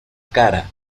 cara